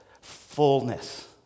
fullness